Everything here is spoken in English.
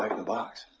in the box.